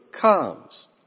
comes